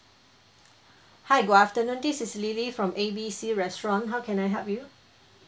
hi good afternoon this is lily from A B C restaurant how can I help you